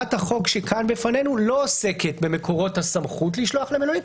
הצעת החוק שכאן בפנינו לא עוסקת במקורות הסמכות לשלוח למלונית,